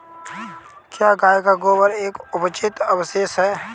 क्या गाय का गोबर एक अपचित अवशेष है?